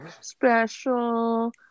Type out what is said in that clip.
special